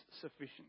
sufficient